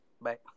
bye